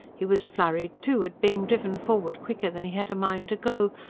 he was flurried, too, at being driven forward quicker than he had a mind to go,